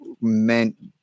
meant